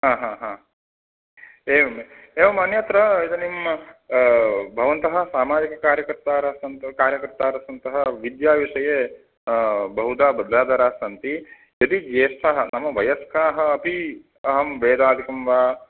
आ हा हा एवमे एवम् अन्यत्र इदानीं भवन्तः सामाजिकाः कार्यकर्तारः सन्तु कार्यकर्तारः सन्ति विद्याविषये बहुधा बद्धादराः सन्ति यदि ज्येष्ठाः नाम वयस्काः अपि अहं वेदादिकं वा